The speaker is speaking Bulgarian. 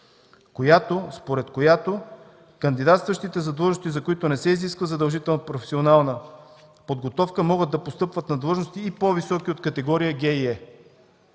според която кандидатстващите за длъжности, за които не се изисква задължителна професионална подготовка, могат да постъпват на длъжности и по-високи от категория „Г” и